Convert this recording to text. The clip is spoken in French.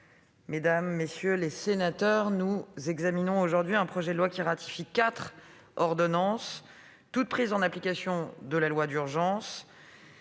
mesdames, messieurs les sénateurs, nous examinons aujourd'hui un projet de loi qui ratifie quatre ordonnances, toutes prises en application de la loi du